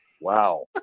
Wow